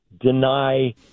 deny